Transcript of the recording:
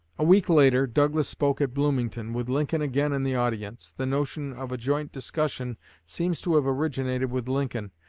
a week later douglas spoke at bloomington, with lincoln again in the audience. the notion of a joint discussion seems to have originated with lincoln,